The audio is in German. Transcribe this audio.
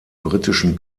britischen